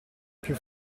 più